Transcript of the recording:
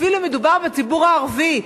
אפילו אם מדובר בציבור הערבי.